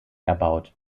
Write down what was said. erbaut